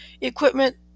equipment